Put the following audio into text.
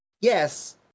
yes